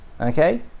Okay